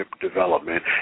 development